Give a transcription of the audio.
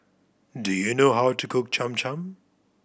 do you know how to cook Cham Cham